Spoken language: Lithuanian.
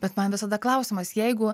bet man visada klausimas jeigu